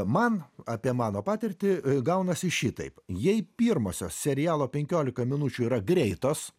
man apie mano patirtį gaunasi šitaip jei pirmosios serialo penkiolika minučių yra greitos